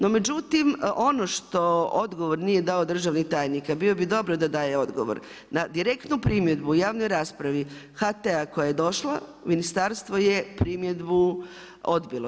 No međutim ono što odgovor nije dao državni tajnika, a bilo bi dobro da daje odgovor na direktnu primjedbu u javnoj raspravi HT-a koja je došla u ministarstvu je primjedbu odbilo.